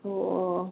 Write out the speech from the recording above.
ओ